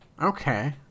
okay